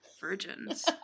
virgins